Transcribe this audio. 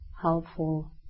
helpful